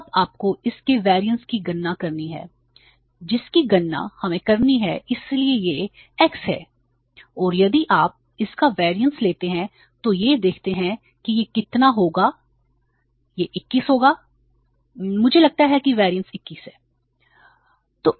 अब आपको इसके वैरियेंस की गणना करनी है जिसकी गणना हमें करनी है इसलिए यह x है और यदि आप इसका वैरियेंस लेते हैं तो यह देखते है कि यह कितना होगा यह 21 होगा मुझे लगता है कि वैरियेंस 21 है